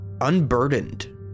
unburdened